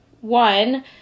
one